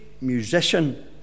musician